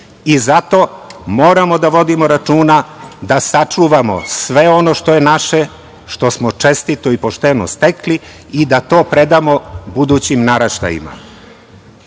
Zato moramo da vodimo računa da sačuvamo sve ono što je naše, što smo čestito i pošteno stekli i da to predamo budućim naraštajima. Kolega